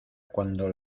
cuando